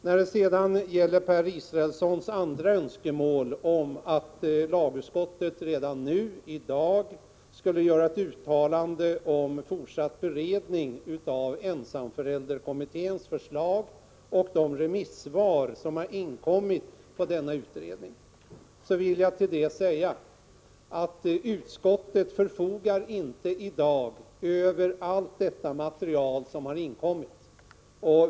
När det sedan gäller Per Israelssons andra önskemål, att lagutskottet redan i dag skulle göra ett uttalande om fortsatt beredning av ensamförälderkommitténs förslag och de remissvar som har inkommit på den utredningen, vill jag säga att utskottet i dag inte förfogar över allt det material som inkommit.